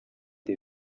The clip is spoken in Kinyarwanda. the